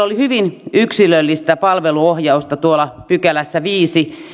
oli hyvin yksilöllistä palveluohjausta viidennessä pykälässä